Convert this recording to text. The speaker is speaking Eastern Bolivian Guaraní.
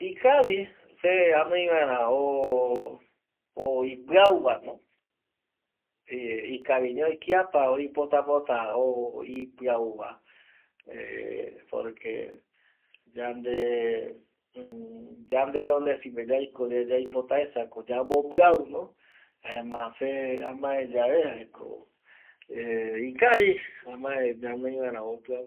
Ikavi se anoi vaera o ipiau va no eh ikaviñoi, kiapa oipota pota o ipiau va eh porque yande yande yandero desi pe yaiko yae yaipotaesa ko yambopiau no, jaema se amae yave jaeko eh ikavi amae ñanoi vaera o piau